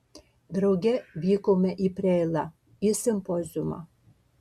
drauge vykome į preilą į simpoziumą